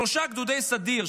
שלושה גדודי סדיר,